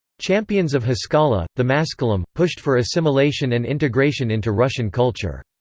champions of haskalah, the maskilim, pushed for assimilation and integration into russian culture.